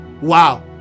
wow